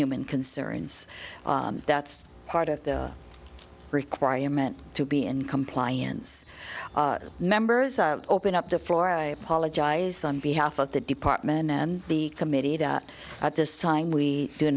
human concerns that's part of the requirement to be in compliance members open up the floor i apologize on behalf of the department and the committee that at this time we do